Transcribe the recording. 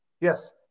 Yes